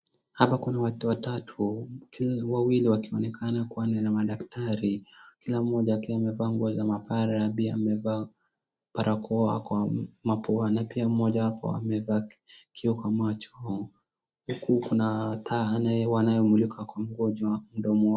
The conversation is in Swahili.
Hapa Kuna watu watatu, wawili wakionekana kuwa ni madaktari kila mmoja akiwa amevaa nguo ya mapara na pia barakoa kwa mapua, na pia mmoja amevaa kijichio kwa mamcho huku Kuna taa wanayomlika mgonjwa mdomoni.